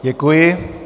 Děkuji.